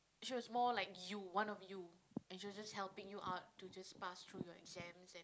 she was more like you one of you and she was just helping you out to just pass through your exams and